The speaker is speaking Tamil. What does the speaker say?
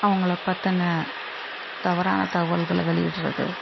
அவங்கள பத்தின தவறான தகவல்களை வெளியிடுறது